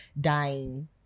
dying